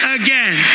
again